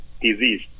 disease